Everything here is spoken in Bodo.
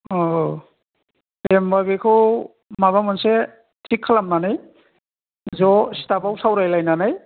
औ औ दे होनबा बेखौ माबा मोनसे थिग खालामनानै ज' स्थाफाव सावरायलायनानै